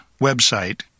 website